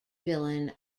villain